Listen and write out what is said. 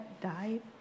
died